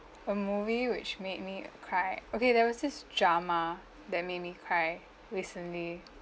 a movie which made me cry okay there was this drama that made me cry recently